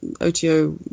OTO